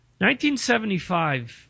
1975